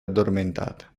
addormentata